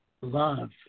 love